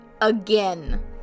again